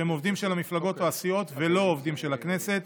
שהם עובדים של המפלגות או הסיעות ולא עובדים של הכנסת